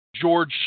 George